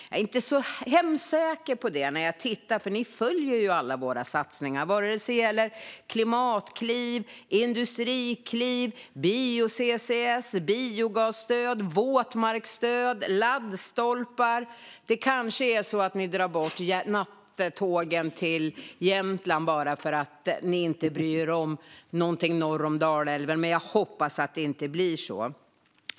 Jag är inte så hemskt säker på det, för jag ser att ni följer alla våra satsningar när det gäller allt från Klimatklivet och Industriklivet till bio-CCS, biogasstöd, våtmarksstöd och laddstolpar. Ni kanske tar bort nattågen till Jämtland bara för att ni inte bryr er om någonting norr om Dalälven, men jag hoppas att det inte blir så.